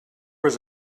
was